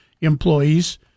employees